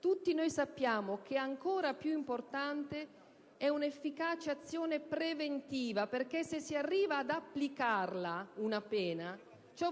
tutti noi sappiamo che ancora più importante è un'efficace azione preventiva: se si arriva, infatti, ad applicare una pena